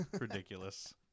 Ridiculous